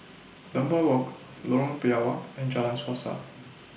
Dunbar Walk Lorong Biawak and Jalan Suasa